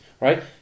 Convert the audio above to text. right